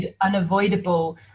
unavoidable